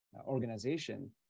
organization